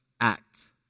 act